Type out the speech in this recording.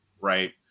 right